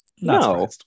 No